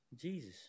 Jesus